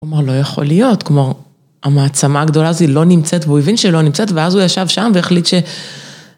הוא אמר, לא יכול להיות, כמו המעצמה הגדולה הזו לא נמצאת, והוא הבין שלא נמצאת ואז הוא ישב שם והחליט ש...